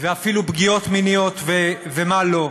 ואפילו פגיעות מיניות, ומה לא.